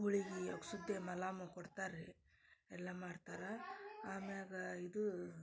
ಗುಳಿಗಿ ಅಗ್ಸುದ್ದೆ ಮಲಾಮು ಕೊಡ್ತಾರ್ರೀ ಎಲ್ಲಾ ಮಾಡ್ತಾರೆ ಆಮ್ಯಾಗ ಇದು